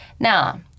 Now